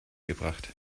gebracht